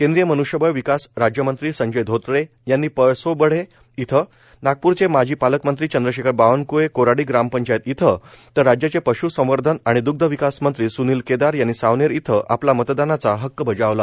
केंद्रीय मन्ष्यबळ विकास राज्यमंत्री संजय धोत्रे यांनी पळसोबढे इथं नागपूरचे माजी पालकमंत्री चंद्रशेखर बावनकृळे कोराडी ग्रामपंचायत इथं तर राज्याचे पश् संवर्धन आणि द्ग्ध विकास मंत्री स्नील केदार यांनी सावनेर इथ आपला मतदानाचा हक्क बजावला